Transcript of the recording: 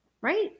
right